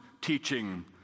teaching